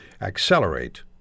accelerate